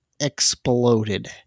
exploded